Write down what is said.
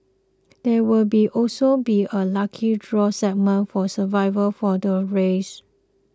there will also be a lucky draw segment for survivors for the race